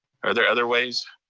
are there other ways?